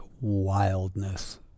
wildness